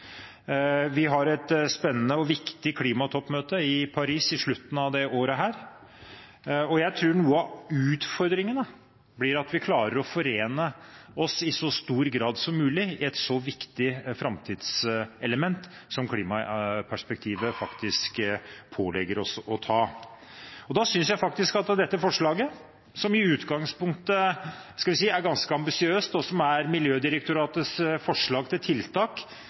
Vi har et spennende og viktig klimatoppmøte i Paris i slutten av dette året, og jeg tror noen av utfordringene blir å klare å forene oss i så stor grad som mulig i et så viktig framtidselement som klimaperspektivet faktisk pålegger oss. Og da synes jeg faktisk at dette forslaget – som i utgangspunktet er, skal vi si, ganske ambisiøst, og som er Miljødirektoratets forslag til tiltak